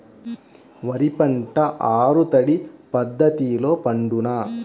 వరి పంట ఆరు తడి పద్ధతిలో పండునా?